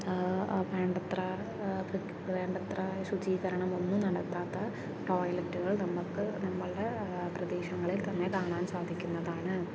വേണ്ടത്ര വേണ്ടത്ര ശുചീകരണം ഒന്നും നടത്താത്ത ടോയിലറ്റുകൾ നമ്മൾക്ക് നമ്മളുടെ പ്രദേശങ്ങളിൽ തന്നെ കാണാൻ സാധിക്കുന്നതാണ്